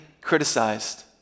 criticized